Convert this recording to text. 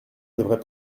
devrait